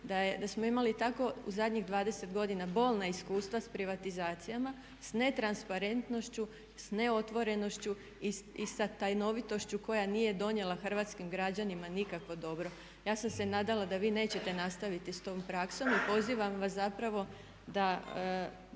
da smo imali tako u zadnjih 20 godina bolna iskustva s privatizacijama, s netransparentnošću, s neotvorenošću i sa tajnovitošću koja nije donijela hrvatskim građanima nikakvo dobro. Ja sam se nadala da vi nećete nastaviti s tom praksom i pozivam vas zapravo da